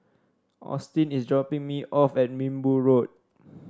Austin is dropping me off at Minbu Road